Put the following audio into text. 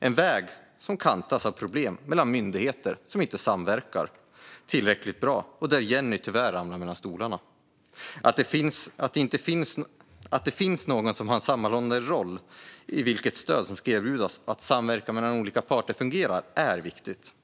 en väg som kantas av problem mellan myndigheter som inte samverkar tillräckligt bra och där Jenny tyvärr faller mellan stolarna. Att det finns någon som har en sammanhållande roll när det gäller vilket stöd som ska erbjudas och att samverkan mellan olika parter fungerar är viktigt.